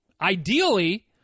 ideally